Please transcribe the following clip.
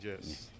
yes